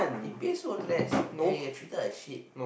it pays so less and that printer like shit